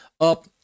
up